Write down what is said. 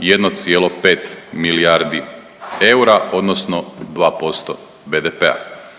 1,5 milijardi eura odnosno 2% BDP-a.